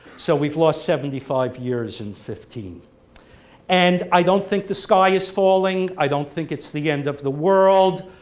so we've lost seventy five years in fifteen and i don't think the sky is falling i don't think it's the end of the world.